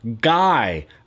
Guy